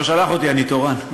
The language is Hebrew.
לא שלח אותי, אני תורן.